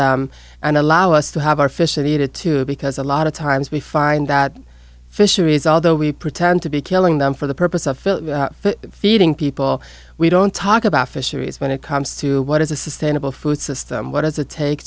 them and allow us to have our fish and eat it too because a lot of times we find that fisheries although we pretend to be killing them for the purpose of feeding people we don't talk about fisheries when it comes to what is a sustainable food system what does it take